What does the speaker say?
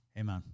Amen